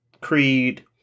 Creed